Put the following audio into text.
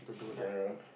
general